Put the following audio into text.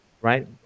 right